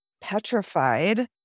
petrified